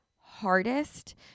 hardest